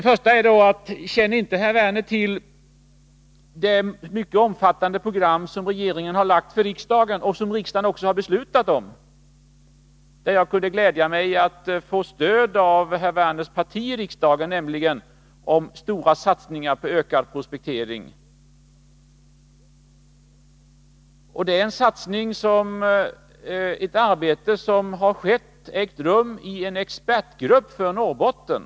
Först vill jag fråga: Känner inte herr Werner till det mycket omfattande program som regeringen har framlagt för riksdagen och som riksdagen också beslutat om — där jag kunde glädja mig åt att få stöd från herr Werners parti — beträffande stora satsningar på ökad prospektering? Det är ett arbete som ägt rum i en expertgrupp för Norrbotten.